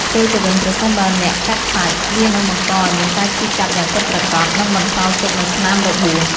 ផ្ទុយទៅវិញ ប្រសិនបើអ្នកកាត់សាច់ វានឹងបង្កឲ្យមានការឈឺចាប់យ៉ាងពិតប្រាកដ និងបន្សល់ទុកនូវស្នាមរបួស។